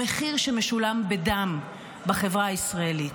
למחיר שמשולם בדם בחברה הישראלית.